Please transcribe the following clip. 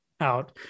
Out